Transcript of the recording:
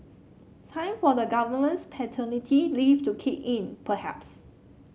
time for the government's paternity leave to kick in perhaps